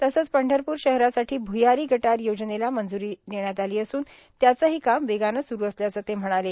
तसंच पंढरपूर शहरासाठी भ्यारी गटार योजनेला मंजूरी देण्यात आली असून त्याचेही काम वेगानं सूरू असल्याचं ते म्हणाले